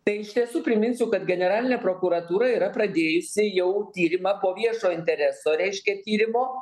tai iš tiesų priminsiu kad generalinė prokuratūra yra pradėjusi jau tyrimą po viešo intereso reiškia tyrimo